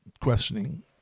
questioning